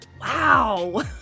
Wow